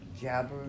jabber